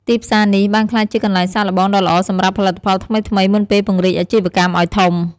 ទីផ្សារនេះបានក្លាយជាកន្លែងសាកល្បងដ៏ល្អសម្រាប់ផលិតផលថ្មីៗមុនពេលពង្រីកអាជីវកម្មឱ្យធំ។